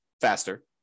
faster